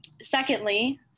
Secondly